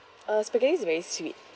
uh spaghetti is very sweet